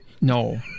No